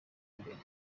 imbere